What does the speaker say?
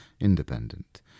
independent